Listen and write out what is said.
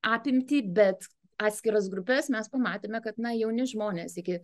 apimtį bet atskiras grupes mes pamatėme kad na jauni žmonės iki